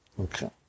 Okay